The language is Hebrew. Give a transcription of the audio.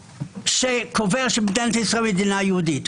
שקובע שמדינת ישראל היא מדינה יהודית.